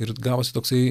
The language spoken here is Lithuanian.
ir gavosi toksai